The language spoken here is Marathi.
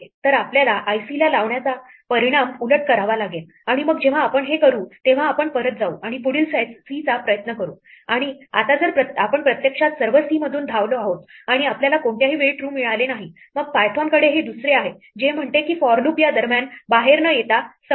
तर आपल्याला ic ला लावण्याचा परिणाम उलट करावा लागेल आणि मग जेव्हा आपण हे करू तेव्हा आपण परत जाऊ आणि पुढील c चा प्रयत्न करू आणि आता जर आपण प्रत्यक्षात सर्व c मधून धावलो आहोत आणि आपल्याला कोणत्याही वेळी true मिळाले नाही मग पायथोनकडे हे दुसरे आहे जे म्हणते की for लूप या दरम्यान बाहेर न येता संपला